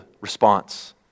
response